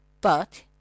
But